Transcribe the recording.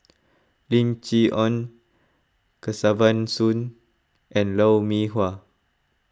Lim Chee Onn Kesavan Soon and Lou Mee Wah